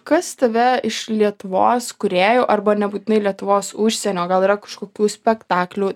kas tave iš lietuvos kūrėjų arba nebūtinai lietuvos užsienio gal yra kažkokių spektaklių